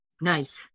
Nice